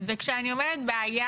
וכשאני אומרת בעיה,